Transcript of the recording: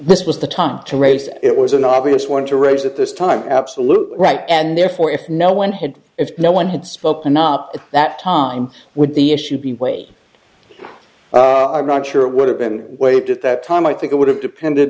this was the time to raise it was an obvious one to raise at this time absolutely right and therefore if no one had if no one had spoken up at that time would the issue be way i'm not sure it would have been waived at that time i think it would have depended